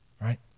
right